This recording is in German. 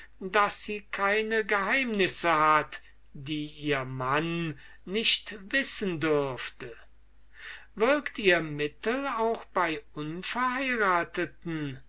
daß sie keine geheimnisse hat die ihr mann nicht wissen dürfte würket ihr mittel auch bei unverheirateten